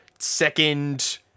second